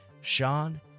Sean